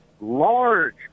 large